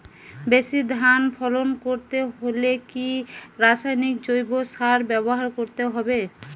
বেশি ধান ফলন করতে হলে কি রাসায়নিক জৈব সার ব্যবহার করতে হবে?